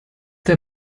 der